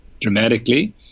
dramatically